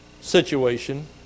situation